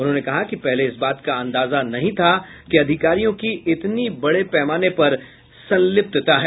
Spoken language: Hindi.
उन्होंने कहा कि पहले इस बात का अंदाजा नहीं था कि अधिकारियों की इतने बड़े पैमाने पर संलिप्तता है